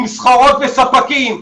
עם סחורות וספקים.